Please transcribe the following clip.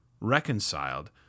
reconciled